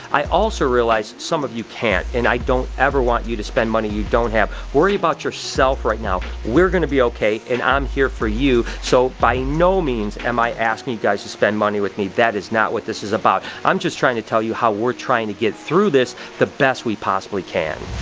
i also realize some of you can't and i don't ever want you to spend money you don't have. worry about yourself right now. we're going to be okay and i'm here for you. so by no means am i asking you guys to spend money with me, that is not what this is about. i'm just trying to tell you how we're trying to get through this the best we possibly can.